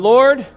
Lord